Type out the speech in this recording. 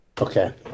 Okay